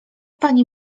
pani